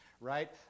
right